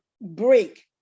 break